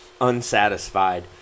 unsatisfied